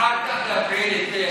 אחר כך להפעיל את הענישה.